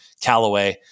Callaway